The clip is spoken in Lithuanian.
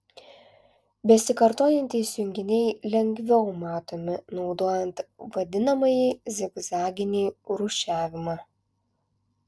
besikartojantys junginiai lengviau matomi naudojant vadinamąjį zigzaginį rūšiavimą